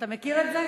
אתה מכיר את זה?